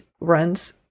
runs